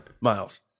Miles